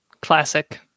classic